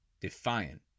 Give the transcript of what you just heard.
defiant